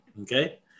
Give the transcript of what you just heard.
okay